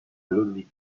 ludwig